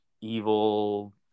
evil